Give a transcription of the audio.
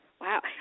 Wow